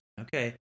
Okay